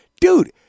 dude